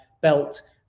belt